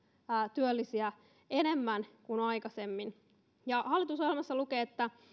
työllisiä enemmän kuin aikaisemmin hallitusohjelmassa lukee että